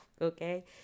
okay